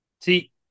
See